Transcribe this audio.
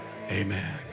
amen